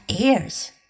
ears